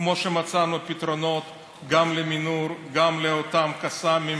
כמו שמצאנו פתרונות גם למנהור, גם לאותם קסאמים,